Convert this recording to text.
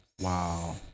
wow